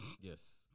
Yes